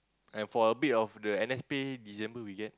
and for a bit of the N_S pay December we get